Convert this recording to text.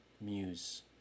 Muse